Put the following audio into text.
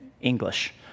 English